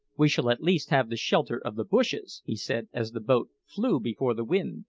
we shall at least have the shelter of the bushes, he said as the boat flew before the wind,